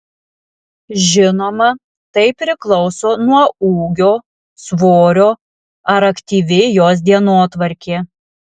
žinoma tai priklauso nuo ūgio svorio ar aktyvi jos dienotvarkė